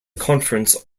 conference